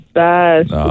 best